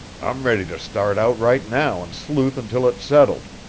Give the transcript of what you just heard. i'm ready to start out right now and sleuth until it's settled.